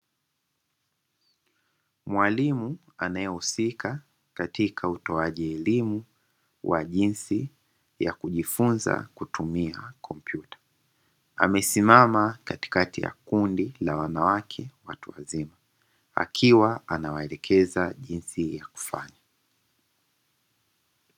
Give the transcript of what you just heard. Mwalimu anayehusika katika utoaji elimu wa jinsi ya kujifunza kutumia kompyuta, amesimama katikati ya kundi la wanawake watu wazima akiwa anawaelekeza jinsi ya kufanya.